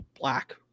black